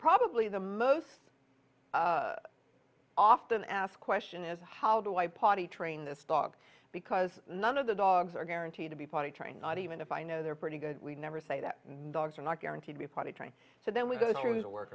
probably the most often asked question is how do i potty train this dog because none of the dogs are guaranteed to be potty trained not even if i know they're pretty good we never say that dogs are not guaranteed to be potty trained so then we go through the work